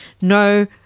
no